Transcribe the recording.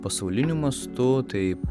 pasauliniu mastu taip